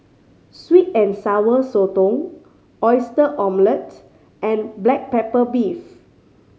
sweet and Sour Sotong Oyster Omelette and black pepper beef